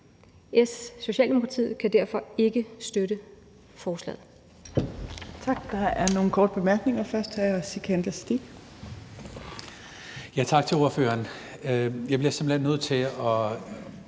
Socialdemokratiet kan derfor ikke støtte forslaget.